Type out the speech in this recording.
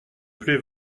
plait